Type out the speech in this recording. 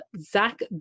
Zach